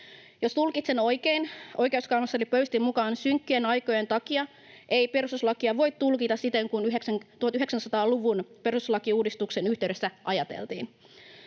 Jos tulkitsen oikein, oikeuskansleri Pöystin mukaan synkkien aikojen takia ei perustuslakia voi tulkita siten kuin 1990-luvun perustuslakiuudistuksen yhteydessä ajateltiin.